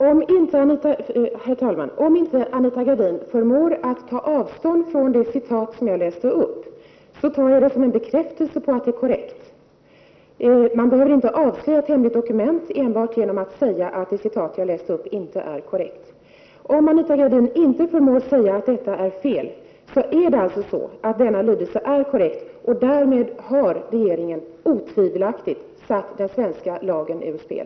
Herr talman! Om Anita Gradin inte förmår att ta avstånd från det citat som jag läste upp, tar jag det som en bekräftelse på att detta är korrekt. Man behöver inte avslöja ett hemligt dokument genom att enbart säga att det citat jag läste upp inte är korrekt. Om Anita Gradin inte förmår säga att detta är felaktigt, är alltså denna lydelse korrekt. Därmed är det otvivelaktigt så, att regeringen har satt den svenska lagen ur spel.